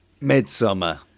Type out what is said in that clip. Midsummer